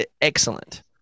excellent